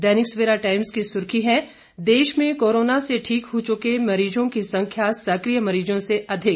दैनिक Savera Times की सुर्खी है देश में कोरोना से ठीक हो चुके मरीजों की संख्या सकिय मरीजों से अधिक